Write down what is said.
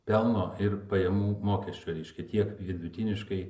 pelno ir pajamų mokesčio reiškia tiek vidutiniškai